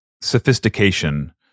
sophistication